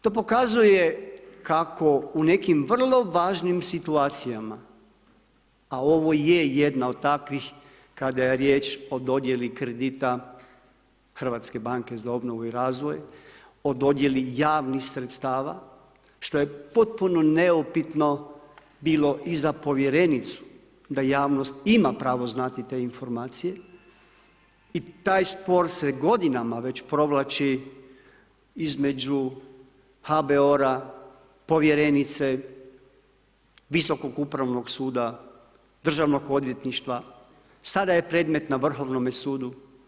To pokazuje kako u nekim vrlo važnim situacijama a ovo je jedna od takvih kada je riječ o dodjeli kredita HBOR-a, o dodjeli javnih sredstava što je potpuno neupitno bilo i za povjerenicu da javnost ima pravo znati te informacije i taj spor se godinama već provlači između HBOR-a, povjerenice, Visokog upravnog suda, Državnog odvjetništva, sada je predmet na Vrhovnome sudu.